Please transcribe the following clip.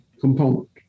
component